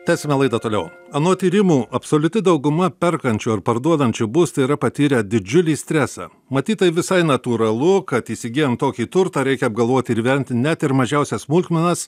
tęsiame laidą toliau anot tyrimų absoliuti dauguma perkančių ar parduodančių būstą yra patyrę didžiulį stresą matyt tai visai natūralu kad įsigyjant tokį turtą reikia apgalvoti ir įvertinti net ir mažiausias smulkmenas